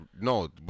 No